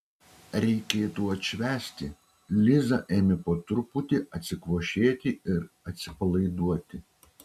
reikėtų atšvęsti liza ėmė po truputį atsikvošėti ir atsipalaiduoti